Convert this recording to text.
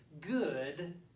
good